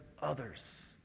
Others